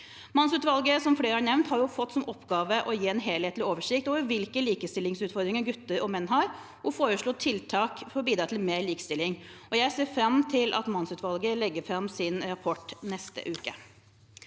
har nevnt, fått i oppgave å gi en helhetlig oversikt over hvilke likestillingsutfordringer gutter og menn har, og foreslå tiltak som vil bidra til mer likestilling. Jeg ser fram til at mannsutvalget legger fram sin rapport i neste uke.